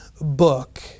book